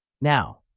Now